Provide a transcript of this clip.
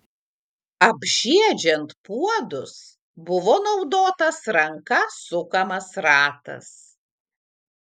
apžiedžiant puodus buvo naudotas ranka sukamas ratas